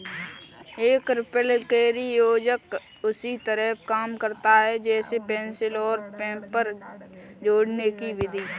एक रिपलकैरी योजक उसी तरह काम करता है जैसे पेंसिल और पेपर जोड़ने कि विधि